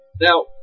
now